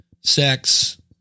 sex